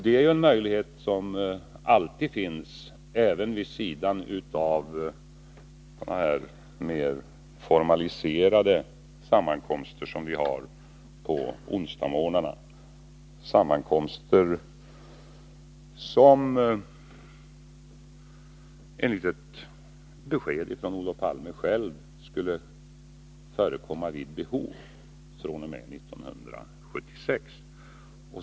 Det är ju en möjlighet som alltid finns vid sidan av sådana mer formaliserade sammankomster som vi har på onsdagsmorgnarna, sammankomster som enligt ett besked från Olof Palme själv skulle förekomma vid behov fr.o.m. 1976.